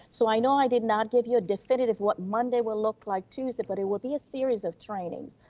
so i know i did not give you a definitive what monday will look like tuesday, but it will be a series of trainings,